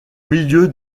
milieu